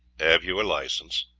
have you a license?